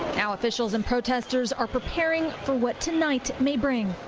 now officials and protesters are preparing for what tonight may bring.